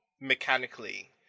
mechanically